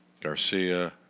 Garcia